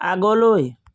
আগলৈ